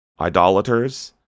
idolaters